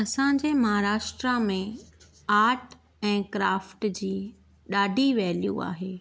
असांजे महाराष्ट्र में आर्ट ऐं क्राफ्ट जी ॾाढी वैल्यू आहे